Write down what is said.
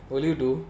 what do you do